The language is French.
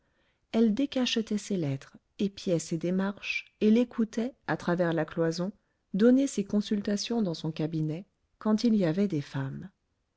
elle décachetait ses lettres épiait ses démarches et l'écoutait à travers la cloison donner ses consultations dans son cabinet quand il y avait des femmes